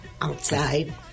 Outside